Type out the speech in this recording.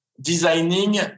designing